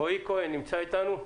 רועי כהן נמצא איתנו?